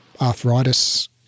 arthritis